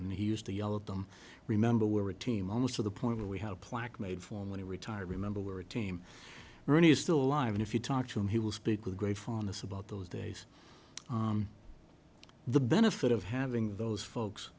and he used to yell at them remember we were a team almost to the point where we had a plaque made for him when he retired remember we're a team really is still alive and if you talk to him he will speak with great fondness about those days the benefit of having those folks